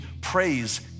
praise